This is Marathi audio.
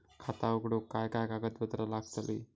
खाता उघडूक काय काय कागदपत्रा लागतली?